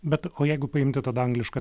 bet o jeigu paimti tada anglišką